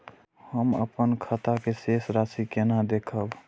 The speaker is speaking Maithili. हम अपन खाता के शेष राशि केना देखब?